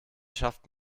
schafft